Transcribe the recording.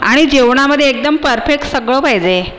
आणि जेवणामध्ये एकदम परफेक्ट सगळं पाहिजे